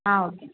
okay